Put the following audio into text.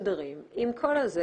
מסודרים על הכול.